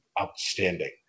outstanding